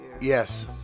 yes